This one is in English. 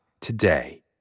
today